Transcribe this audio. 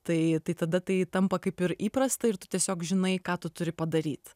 tai tada tai tampa kaip ir įprasta ir tu tiesiog žinai ką tu turi padaryti